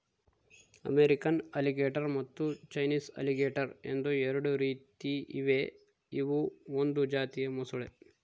American alligator ಮತ್ತು Chinese alligator ಎಂದು ಎರಡು ರೀತಿ ಇವೆ ಇವು ಒಂದು ಜಾತಿಯ ಮೊಸಳೆ